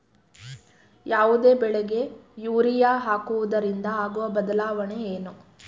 ಯಾವುದೇ ಬೆಳೆಗೆ ಯೂರಿಯಾ ಹಾಕುವುದರಿಂದ ಆಗುವ ಬದಲಾವಣೆ ಏನು?